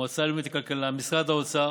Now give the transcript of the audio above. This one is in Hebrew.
המועצה הלאומית לכלכלה, משרד האוצר